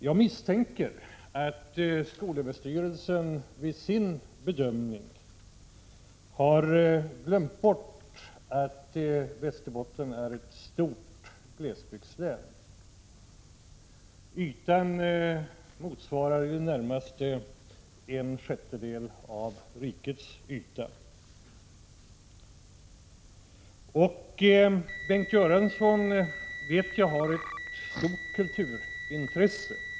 Jag misstänker att skolöverstyrelsen vid sin bedömning har glömt bort att Västerbotten är ett stort glesbygdslän. Ytan motsvarar i det närmaste en sjättedel av rikets yta. Jag vet att Bengt Göransson har ett stort kulturintresse.